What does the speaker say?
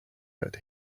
but